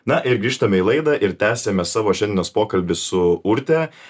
na ir grįžtame į laidą ir tęsiame savo šiandienos pokalbį su urte